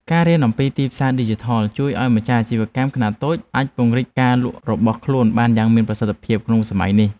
ការរៀនអំពីទីផ្សារឌីជីថលជួយឱ្យម្ចាស់អាជីវកម្មខ្នាតតូចអាចពង្រីកការលក់របស់ខ្លួនបានយ៉ាងមានប្រសិទ្ធភាពក្នុងសម័យនេះ។